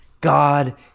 God